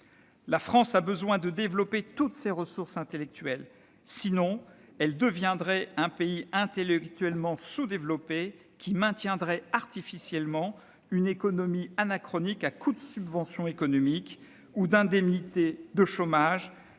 La France a besoin de développer toutes ses ressources intellectuelles. Sinon elle deviendrait un pays intellectuellement sous-développé, qui maintiendrait artificiellement une économie anachronique à coup de subventions économiques, ou d'indemnités de chômage